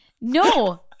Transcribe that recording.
No